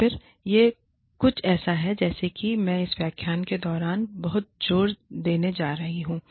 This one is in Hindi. तो फिर यह कुछ ऐसा है जिसे मैं इस व्याख्यान के दौरान बहुत जोर देने जा रहा हूं